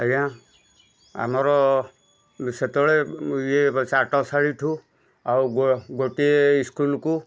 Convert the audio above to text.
ଆଜ୍ଞା ଆମର ସେତେବେଳେ ଇଏ ଚାଟଶାଳୀଠୁ ଆଉ ଗୋଟିଏ ସ୍କୁଲ୍କୁ